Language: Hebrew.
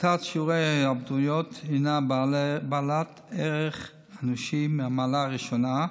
להפחתת שיעורי ההתאבדויות יש ערך אנושי מהמעלה הראשונה,